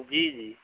جی جی